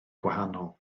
gwahanol